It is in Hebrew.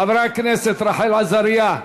חברת הכנסת רחל עזריה,